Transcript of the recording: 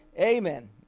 amen